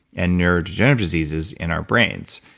and neurodegenerative diseases in our brains.